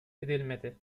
edilmedi